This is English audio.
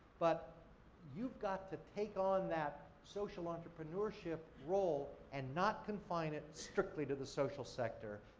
but you've got to take on that social entrepreneurship role and not confine it strictly to the social sector.